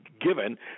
given